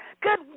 good